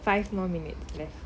five more minutes left